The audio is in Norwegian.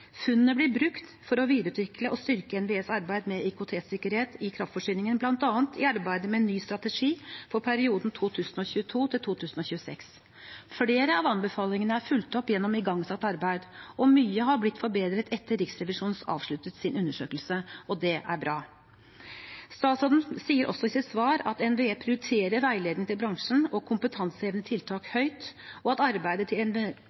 Funnene blir brukt for å videreutvikle og styrke NVEs arbeid med IKT-sikkerhet i kraftforsyningen, bl.a. i arbeidet med ny strategi for perioden 2022–2026. Flere av anbefalingene er fulgt opp gjennom igangsatt arbeid, og mye har blitt forbedret etter at Riksrevisjonen avsluttet sin undersøkelse, og det er bra. Statsråden sier også i sitt svar at NVE prioriterer veiledning til bransjen og kompetansehevende tiltak høyt, og at arbeidet til